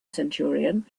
centurion